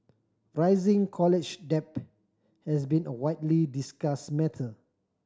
rising college debt has been a widely discussed matter